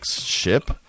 ship